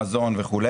מזון וכו',